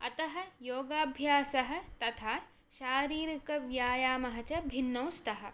अतः योगाभ्यासः तथा शारीरिकव्यायामः च भिन्नौ स्तः